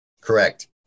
Correct